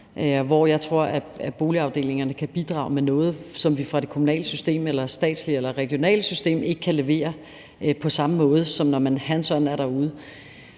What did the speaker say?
hvor jeg tror, at boligafdelingerne kan bidrage med noget, som vi fra det kommunale, det statslige eller det regionale system ikke kan levere på samme måde, som når man handson er